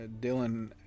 Dylan